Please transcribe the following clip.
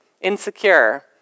insecure